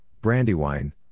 Brandywine